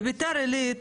בביתר עילית,